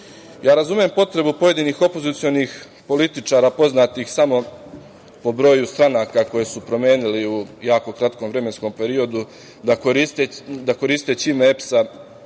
interesa. Razumem potrebu pojedinih opozicionih političara poznatih samo po broju stranaka koje su promenili u jako kratkom vremenskom periodu da koristeći ime EPS-a